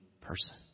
person